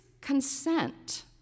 consent